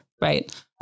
right